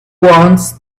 wants